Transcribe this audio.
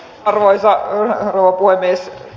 arvoisa rouva puhemies